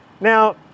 Now